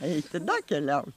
eiti tada keliauti